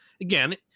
again